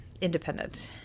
independent